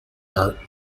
are